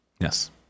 Yes